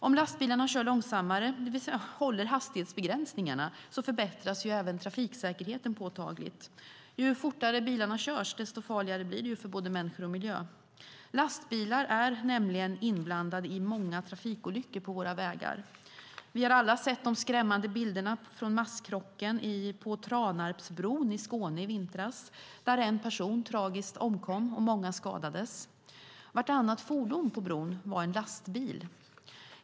Om lastbilarna kör långsammare, det vill säga håller hastighetsbegränsningarna, så förbättras även trafiksäkerheten påtagligt. Ju fortare bilarna körs, desto farligare blir det för både människor och miljö. Lastbilar är nämligen inblandade i många trafikolyckor på våra vägar. Vi har alla sett de skrämmande bilderna från masskrocken på Tranarpsbron i Skåne i vintras, där en person tragiskt omkom och många skadades. Vartannat fordon på bron var en lastbil.